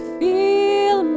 feel